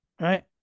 Right